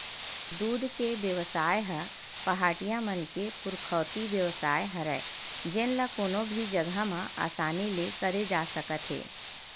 दूद के बेवसाय ह पहाटिया मन के पुरखौती बेवसाय हरय जेन ल कोनो भी जघा म असानी ले करे जा सकत हे